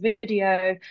video